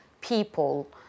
people